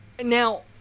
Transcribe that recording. Now